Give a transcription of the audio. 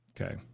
Okay